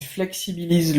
flexibilise